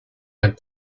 and